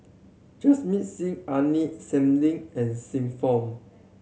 Jamit Singh Aini Salim and Xiu Fang